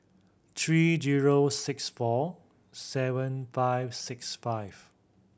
three zero six four seven five six five